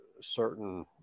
certain